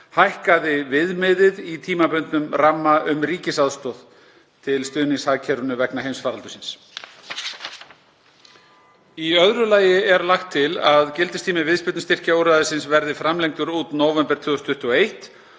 hækkaði viðmiðið í tímabundnum ramma um ríkisaðstoð til stuðnings hagkerfinu vegna heimsfaraldursins. Í öðru lagi er lagt til að gildistími viðspyrnustyrkjaúrræðisins verði framlengdur út nóvember 2021